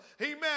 amen